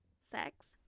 sex